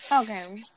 Okay